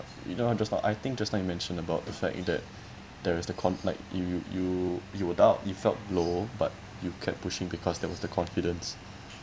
you know just now I think just now you mention about the fact that there is the con~ like you you you no doubt you felt low but you kept pushing because there was the confidence